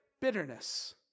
bitterness